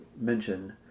mention